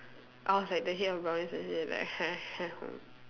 I was like the head of brownies and say like